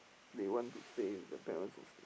they want to stay with the parents also